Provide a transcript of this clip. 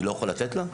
אני לא יכול לתת לה?